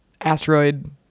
Asteroid